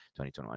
2021